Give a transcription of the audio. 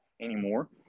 anymore